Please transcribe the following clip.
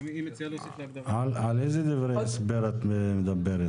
על איזה דברי הסבר את מדברת?